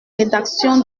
rédaction